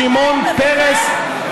שמעון פרס.